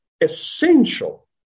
essential